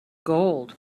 gold